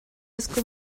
oedd